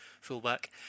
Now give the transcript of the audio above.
fullback